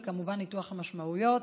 וכמובן ניתוח המשמעויות.